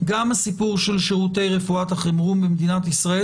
גם הסיפור של שירותי רפואת החירום במדינת ישראל,